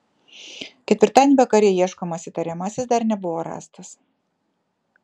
ketvirtadienį vakare ieškomas įtariamasis dar nebuvo rastas